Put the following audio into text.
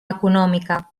econòmica